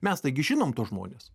mes taigi žinom tuos žmones